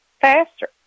faster